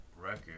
record